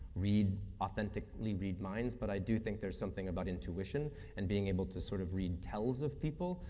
read, authentically read minds, but i do think there is something about intuition and being able to sort of read tells of people,